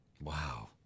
Wow